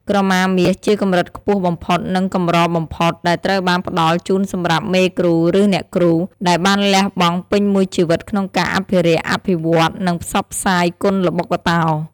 ក្រមាមាសជាកម្រិតខ្ពស់បំផុត និងកម្របំផុត ដែលត្រូវបានផ្ដល់ជូនសម្រាប់ មេគ្រូ ឬ អ្នកគ្រូ ដែលបានលះបង់ពេញមួយជីវិតក្នុងការអភិរក្ស អភិវឌ្ឍន៍ និងផ្សព្វផ្សាយគុនល្បុក្កតោ។